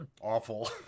Awful